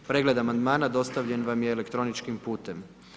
Pregled amandmana dostavljen vam je elektroničkim putem.